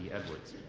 edwards.